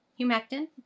humectant